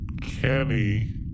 Kenny